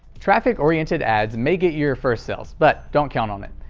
traffic-oriented ads may get you your first sales, but don't count on it.